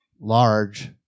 large